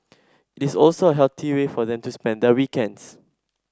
it is also a healthy way for them to spend their weekends